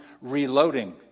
reloading